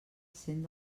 cent